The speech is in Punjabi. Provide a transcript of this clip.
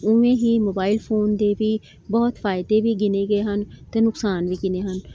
ਉਵੇਂ ਹੀ ਮੋਬਾਈਲ ਫੋਨ ਦੇ ਵੀ ਬਹੁਤ ਫ਼ਾਇਦੇ ਵੀ ਗਿਣੇ ਗਏ ਹਨ ਅਤੇ ਨੁਕਸਾਨ ਵੀ ਗਿਣੇ ਹਨ